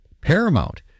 paramount